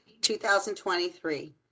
2023